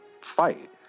fight